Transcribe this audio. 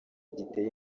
giteye